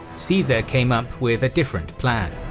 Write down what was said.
caesar came up with a different plan.